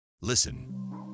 Listen